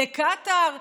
לקטאר?